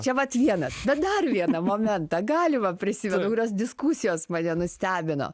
čia vat vieną dar vieną momentą galima prisimenu diskusijos mane nustebino